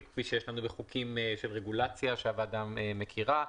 כפי שיש לנו בחוקים של רגולציה שהוועדה מכירה.